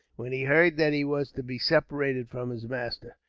when he heard that he was to be separated from his master.